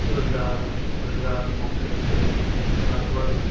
ਰੁਜ਼ਗਾਰ ਰੁਜ਼ਗਾਰ ਦੇ ਮੌਕੇ ਉੱਤੇ ਵੱਧ ਤੋਂ ਵੱਧ